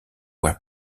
were